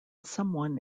someone